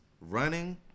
running